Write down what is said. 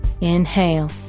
Inhale